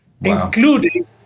including